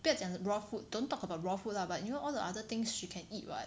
不要讲 raw food don't talk about raw food lah but you know all the other things she can eat [what]